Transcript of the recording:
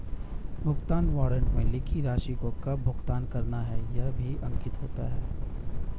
भुगतान वारन्ट में लिखी राशि को कब भुगतान करना है यह भी अंकित होता है